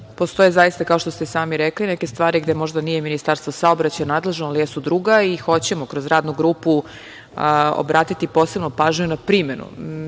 zaista, kao što ste sami rekli, neke stvari gde možda nije Ministarstvo saobraćaja nadležno, ali jesu druga i hoćemo kroz radnu grupu posebno obratiti pažnju na primenu.